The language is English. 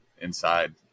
inside